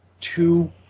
two